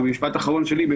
וזה משפט אחרון שלי,